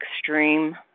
extreme